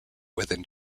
within